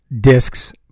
discs